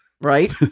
right